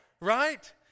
Right